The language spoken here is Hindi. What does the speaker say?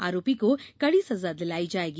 आरोपी को कड़ी सर्जा दिलाई जायेगी